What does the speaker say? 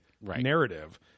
narrative